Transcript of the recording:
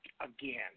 again